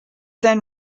then